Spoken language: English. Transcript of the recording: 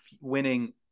winning